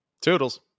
toodles